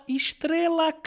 estrela